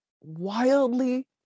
wildly